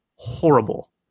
Horrible